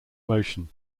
motion